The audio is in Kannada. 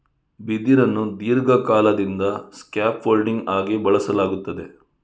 ಬಿದಿರನ್ನು ದೀರ್ಘಕಾಲದಿಂದ ಸ್ಕ್ಯಾಪ್ ಫೋಲ್ಡಿಂಗ್ ಆಗಿ ಬಳಸಲಾಗುತ್ತದೆ